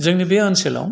जोंनि बे ओनसोलाव